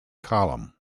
column